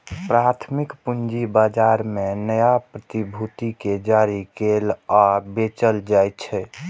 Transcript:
प्राथमिक पूंजी बाजार मे नया प्रतिभूति कें जारी कैल आ बेचल जाइ छै